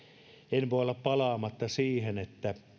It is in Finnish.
en voi olla palaamatta siihen että